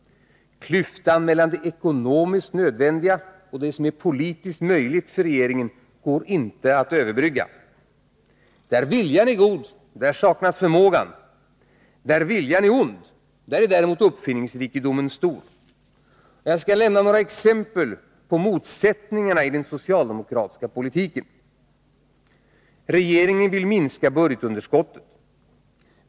Klyftan mellan det ekonomiskt nödvändiga och det som är politiskt möjligt för regeringen går inte att överbrygga. Där viljan är god saknas förmågan. Där viljan är ond är uppfinningsrikedomen dess värre stor. Låt mig nämna några exempel på motsättningarna i den socialdemokratiska politiken. Regeringen vill minska budgetunderskottet.